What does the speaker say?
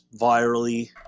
virally